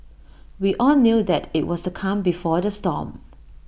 we all knew that IT was the calm before the storm